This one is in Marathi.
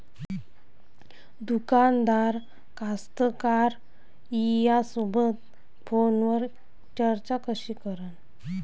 दुकानदार कास्तकाराइसोबत फोनवर चर्चा कशी करन?